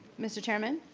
mr. chairman?